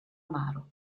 amaro